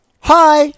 Hi